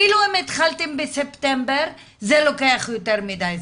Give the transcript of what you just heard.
אפילו אם התחלתם בספטמבר, זה לוקח יותר מדי זמן,